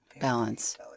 balance